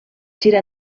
gira